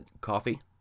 Coffee